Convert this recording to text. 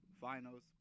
finals